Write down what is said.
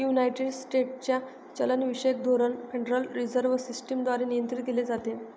United स्टेट्सचे चलनविषयक धोरण फेडरल रिझर्व्ह सिस्टम द्वारे नियंत्रित केले जाते